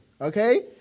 Okay